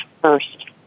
first